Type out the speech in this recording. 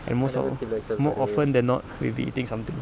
and most of more often than not we'll be eating something